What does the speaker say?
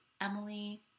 Emily